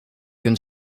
can